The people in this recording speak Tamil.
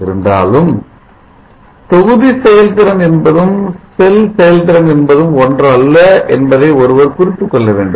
இருந்தாலும் தொகுதி செயல்திறன் என்பதும் செல் செயல்திறன் என்பதும் ஒன்றல்ல என்பதை ஒருவர் குறித்துக் கொள்ள வேண்டும்